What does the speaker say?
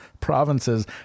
provinces